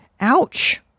Ouch